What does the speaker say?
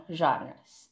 genres